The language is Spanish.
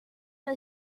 los